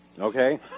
Okay